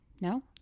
no